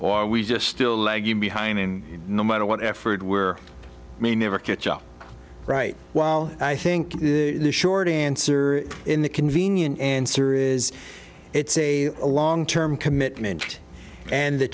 or we just still lagging behind in no matter what effort we're may never catch up right well i think the short answer in the convenient answer is it's a long term commitment and the